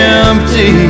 empty